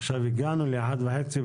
עכשיו הגענו לאחת וחצי.